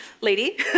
lady